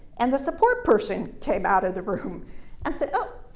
and the support person came out of the room and said, oh,